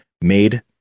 made